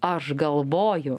aš galvoju